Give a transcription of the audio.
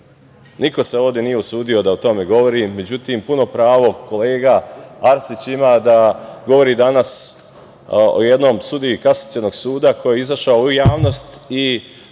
Niko se ovde nije usudio da o tome govori, međutim puno pravo kolega Arsić ima da govori danas o jednom sudiji Kasacionog suda koji je izašao u javnost i